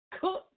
Cook